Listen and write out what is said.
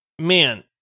Man